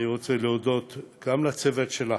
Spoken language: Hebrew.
אני רוצה להודות גם לצוות שלך,